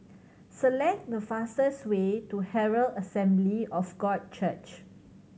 select the fastest way to Herald Assembly of God Church